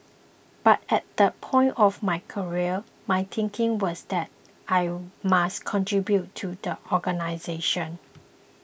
but at that point of my career my thinking was that I must contribute to the organisation